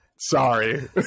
Sorry